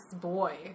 boy